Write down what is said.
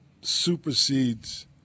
supersedes